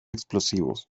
explosivos